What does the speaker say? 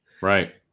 Right